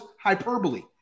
hyperbole